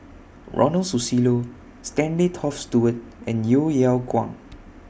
Ronald Susilo Stanley Toft Stewart and Yeo Yeow Kwang